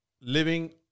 living